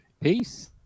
Peace